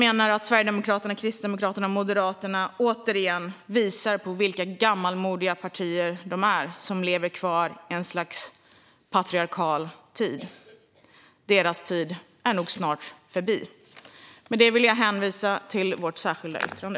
Sverigedemokraterna, Kristdemokraterna och Moderaterna visar åter vilka gammalmodiga partier de är, som lever kvar i ett slags patriarkal medeltid. Men deras tid är nog snart förbi. Fru talman! Med det vill jag hänvisa till vårt särskilda yttrande.